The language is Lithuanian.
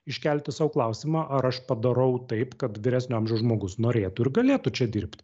iškelti sau klausimą ar aš padarau taip kad vyresnio amžiaus žmogus norėtų ir galėtų čia dirbti